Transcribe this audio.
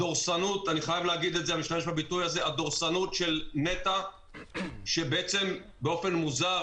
הדורסנות אני חייב להשתמש בביטוי הזה של נת"ע שבאופן מוזר